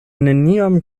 neniam